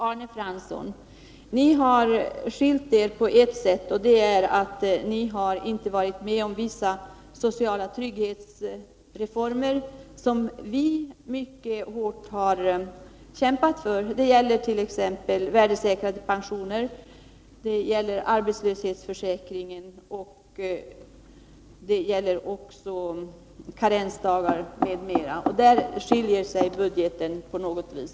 Arne Fransson, ni har skylt er på ert sätt genom att ni inte varit med om vissa sociala trygghetsreformer som vi mycket hårt har kämpat för. Det gäller värdesäkrade pensioner, arbetslöshetsförsäkringen, avskaffande av karensdagar m.m. Därför skiljer sig budgeten på något vis.